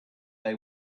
they